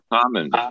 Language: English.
common